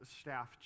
staff